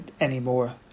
anymore